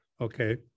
Okay